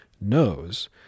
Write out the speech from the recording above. knows